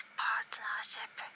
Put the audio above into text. partnership